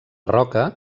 roca